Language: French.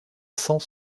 cent